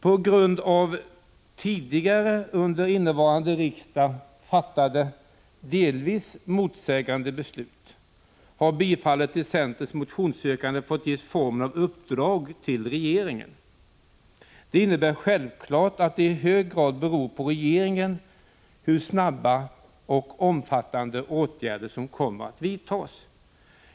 På grund av tidigare under innevarande riksmöte fattade, delvis motsägande, beslut har tillstyrkandet av centerns motionsyrkande fått ges formen av uppdrag till regeringen. Detta innebär självfallet att det i hög grad beror på regeringen hur snabba och omfattande åtgärder som kommer att vidtas.